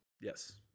Yes